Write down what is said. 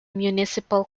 municipal